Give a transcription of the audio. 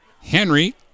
Henry